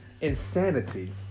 insanity